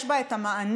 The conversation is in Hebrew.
יש בה את המענים,